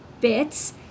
bits